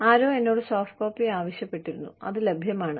ആരോ എന്നോട് സോഫ്റ്റ്കോപ്പി ആവശ്യപ്പെട്ടിരുന്നു അത് ലഭ്യമാണ്